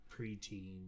preteen